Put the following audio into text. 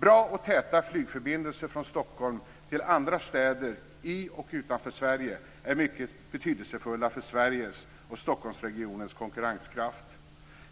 Bra och täta flygförbindelser mellan Stockholm och andra städer i och utanför Sverige är mycket betydelsefulla för Sveriges och Stockholmsregionens konkurrenskraft.